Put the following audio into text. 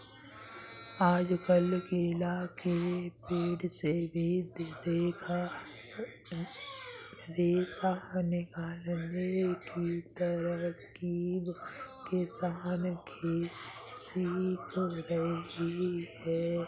आजकल केला के पेड़ से भी रेशा निकालने की तरकीब किसान सीख रहे हैं